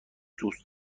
دوست